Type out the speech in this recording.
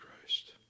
Christ